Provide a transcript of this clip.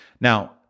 Now